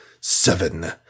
SEVEN